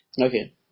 Okay